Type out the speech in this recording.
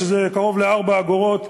שזה קרוב ל-4 אגורות,